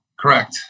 Correct